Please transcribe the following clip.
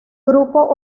grupo